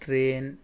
train